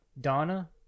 Donna